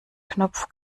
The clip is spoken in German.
knopf